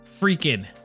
freaking